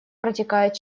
протекает